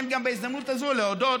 בהזדמנות הזו יש גם להודות